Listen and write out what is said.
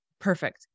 Perfect